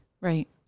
Right